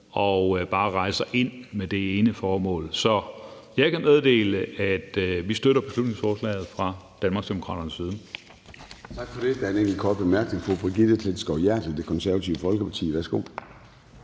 og bare rejser ind med det ene formål. Så jeg kan meddele, at vi støtter beslutningsforslaget fra Danmarksdemokraternes side.